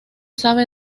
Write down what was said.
sabe